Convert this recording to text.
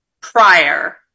prior